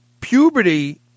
puberty